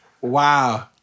wow